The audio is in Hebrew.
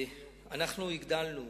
אנחנו הגדלנו